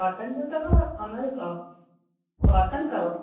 cotton जो अथव उन जो अथव कॉटन अथव